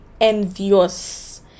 envious